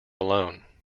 alone